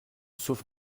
sauf